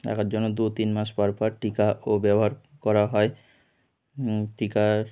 রাখার জন্য দু তিন মাস পরপর টিকাও ব্যবহার করা হয় টিকার